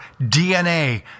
DNA